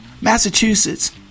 Massachusetts